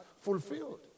Fulfilled